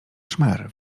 szmer